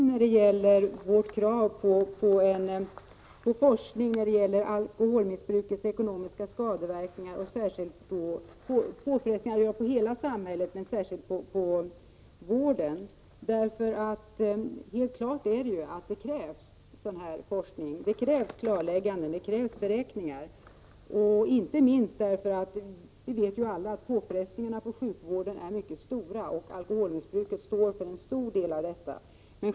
Herr talman! Jag förstår inte riktigt Maud Björnemalms argumentation när det gäller vårt krav på forskning om alkoholmissbrukets ekonomiska skadeverkningar — påfrestningarna på hela samhället men särskilt på vården. Helt klart är ju att det behövs sådan forskning. Det krävs klarlägganden och beräkningar. Vi vet alla att påfrestningarna på sjukvården är mycket stora och att alkoholmissbruket står för en stor del därav.